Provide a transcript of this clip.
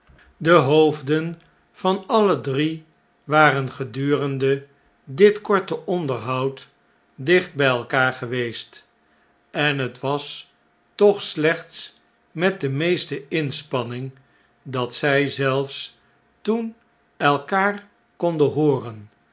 de hoofden van alle drie waren gedurende dit korte onderhoiad dicht bjj elkaar geweest en het was toch slechts met de meeste inspanning dat zvj zelfs toen elkaar konden hooren